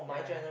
yeah